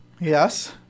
Yes